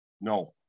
No